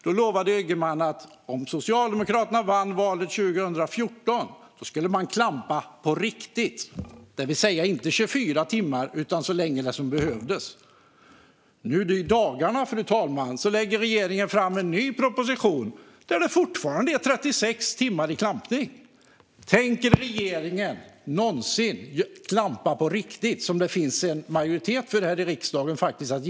Jag kommer ihåg när Ygeman lovade att om Socialdemokraterna vann valet 2014 skulle man klampa på riktigt, det vill säga inte 24 timmar utan så länge som det behövdes. Nu i dagarna, fru talman, lägger regeringen fram en ny proposition där det fortfarande är 36 timmars klampning som gäller. Tänker regeringen någonsin klampa på riktigt, som det faktiskt finns en majoritet för här i riksdagen?